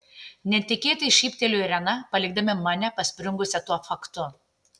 netikėtai šyptelėjo irena palikdama mane paspringusią tuo faktu